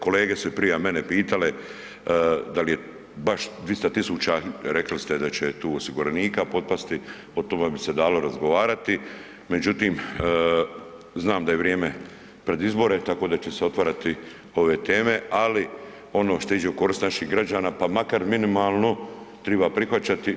Kolege su prije mene pitale da li je baš 200.000 rekli ste da će tu osiguranika potpasti o tome bi se dalo razgovarati, međutim znam da je vrijeme pred izbor tako da će se otvarati ove teme, ali ono što iđe u korist naših građana, pa makar minimalno triba prihvaćati.